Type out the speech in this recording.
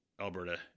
Alberta